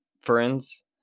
friends